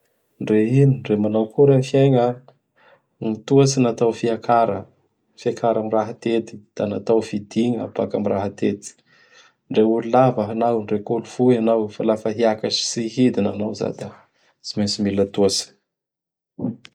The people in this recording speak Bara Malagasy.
Ndre ino, ndre manao akory am gn fiaigna, gn tohatsy natao fiakara, fiakara am raha atety, da natao fidigna baka am raha atety. Ndre olo lava anao, ndreky olo fohy anao, fa laha fa hiakatsy tsy hidina anao izay da tsy maintsy mila toatsy.